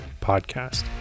podcast